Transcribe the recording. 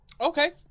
Okay